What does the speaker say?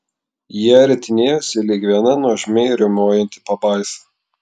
jie ritinėjosi lyg viena nuožmiai riaumojanti pabaisa